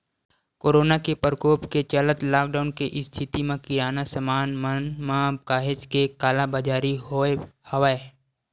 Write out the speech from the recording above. corona के परकोप के चलत लॉकडाउन के इस्थिति म किराना समान मन म काहेच के कालाबजारी होय हवय